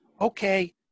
okay